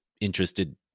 interested